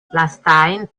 lastajn